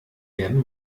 werden